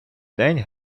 день